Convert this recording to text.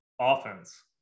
offense